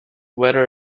weather